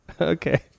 okay